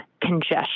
congestion